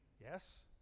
yes